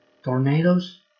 Tornadoes